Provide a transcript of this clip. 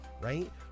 right